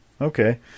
Okay